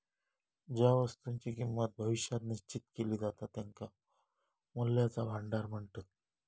ज्या वस्तुंची किंमत भविष्यात निश्चित केली जाता त्यांका मूल्याचा भांडार म्हणतत